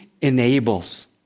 enables